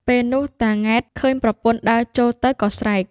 ពេលនោះតា ង៉ែត ឃើញប្រពន្ធដើរចូលទៅក៏ ស្រែក